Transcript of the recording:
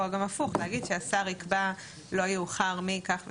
או גם הפוך, להגיד שהשר יקבע לא יאוחר מכך וכך.